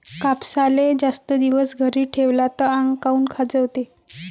कापसाले जास्त दिवस घरी ठेवला त आंग काऊन खाजवते?